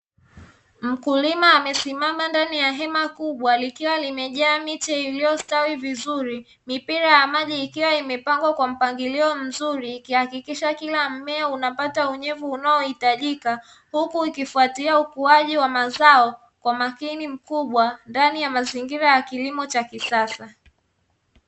Mkulima amesimama ndani ya hema kubwa likiwa limejaa miche iliyostawi vizuri, mipira ya maji ikiwa imepangwa kwa mpangilio mzuri kuhakikisha kila mmea unapata unyevu unaohitajika huku ikifwatilia ukuaji wa mazao kwa makini mkubwa ndani ya mazingira ya kilimo cha kisasa.